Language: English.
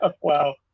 Wow